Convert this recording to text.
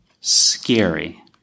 scary